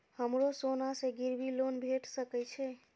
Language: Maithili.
हमरो सोना से गिरबी लोन भेट सके छे?